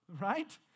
right